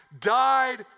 died